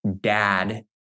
dad